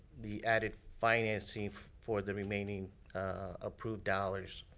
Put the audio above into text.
the added financing for the remaining approved dollars.